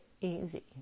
easy